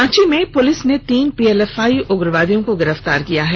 रांची में पुलिस ने तीन पीएलएफआई उग्रवादियों को गिरफ्तार किया है